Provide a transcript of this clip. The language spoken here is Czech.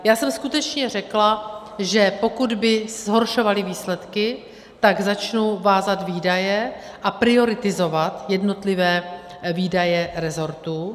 Já jsem skutečně řekla, že pokud by zhoršovaly výsledky, tak začnu vázat výdaje a prioritizovat jednotlivé výdaje resortů.